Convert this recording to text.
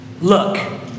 look